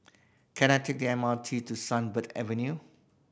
can I take the M R T to Sunbird Avenue